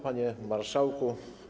Panie Marszałku!